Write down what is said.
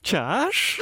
čia aš